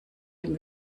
dem